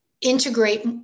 integrate